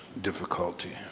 difficulty